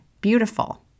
beautiful